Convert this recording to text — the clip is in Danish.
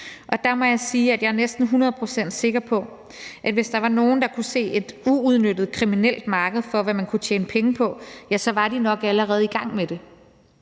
Og der må jeg sige, at jeg er næsten hundrede procent sikker på, at hvis der var nogen, der kunne se et uudnyttet kriminelt marked for, hvad man kunne tjene penge på, så var de nok allerede i gang med det.